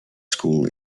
school